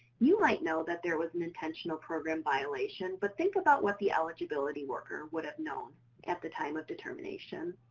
you might know that there was an intentional program violation but think about what the eligibility worker would have known at the time of determination,